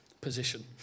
position